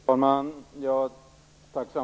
Fru talman!